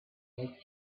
that